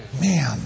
man